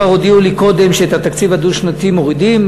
כבר הודיעו לי קודם שאת התקציב הדו-שנתי מורידים,